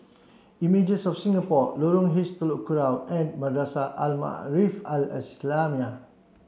Images of Singapore Lorong H Telok Kurau and Madrasah Al Maarif Al Islamiah